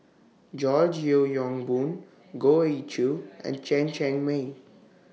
George Yeo Yong Boon Goh Ee Choo and Chen Cheng Mei